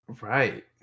Right